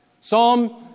Psalm